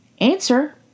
Answer